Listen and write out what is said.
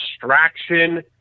distraction